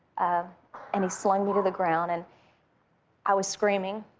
ah and he slung me to the ground, and i was screaming.